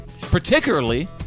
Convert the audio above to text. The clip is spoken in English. particularly